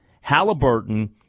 Halliburton